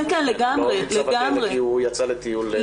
לא נמצא בכלא כי הוא יצא לטיול.